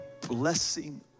blessing